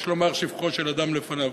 יש לומר שבחו של אדם לפניו.